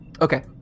Okay